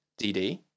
DD